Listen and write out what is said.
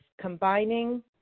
combining